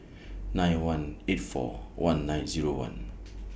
nine one eight four one nine Zero one